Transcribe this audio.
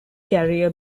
carrier